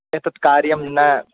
एतत् कार्यं न